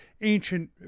ancient